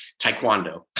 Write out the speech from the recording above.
Taekwondo